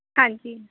ਹਾਂਜੀ